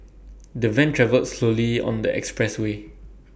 the van travelled slowly on the expressway